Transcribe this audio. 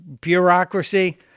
bureaucracy